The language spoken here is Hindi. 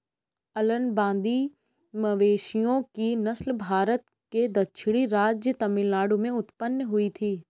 अलंबादी मवेशियों की नस्ल भारत के दक्षिणी राज्य तमिलनाडु में उत्पन्न हुई थी